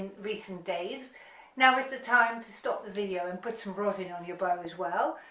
recent days now is the time to stop the video and put some rosin on your bow as well,